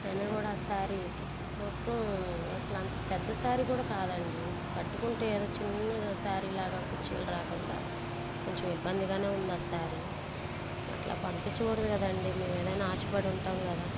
అయినా కూడా ఆ శారీ మొత్తం అసలు అంత పెద్ద శారీ కూడా కాదండి కట్టుకుంటే ఏదో చిన్న శారీలాగా కుచ్చులు రాకుండా కొంచెం ఇబ్బందిగా ఉంది ఆ శారీ అట్లా పంపించకూడదు కదండి మేము ఏదైనా ఆశపడి ఉంటాం కదా